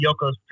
Yoko's